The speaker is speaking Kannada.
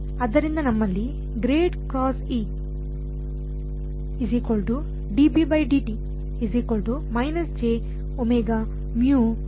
ಆದ್ದರಿಂದ ನಮ್ಮಲ್ಲಿ ಇದೆ ಅದು ನನ್ನ ಮ್ಯಾಕ್ಸ್ವೆಲ್ನ ಸಮೀಕರಣ ಸರಿ